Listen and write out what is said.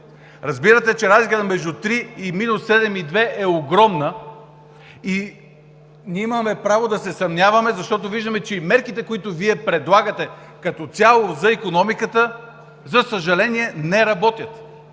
Разбирате, че разликата между минус 3 и минус 7,2% е огромна и ние имаме право да се съмняваме, защото виждаме, че и мерките, които Вие предлагате като цяло за икономиката, за съжаление, не работят!